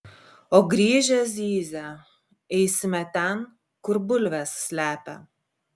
o grįžę zyzia eisime ten kur bulves slepia